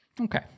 Okay